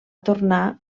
tornar